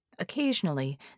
Occasionally